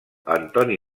antoni